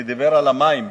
שדיבר על המים.